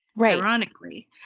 ironically